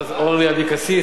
חברת הכנסת אורלי אבקסיס.